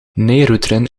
neeroeteren